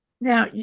Now